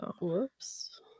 whoops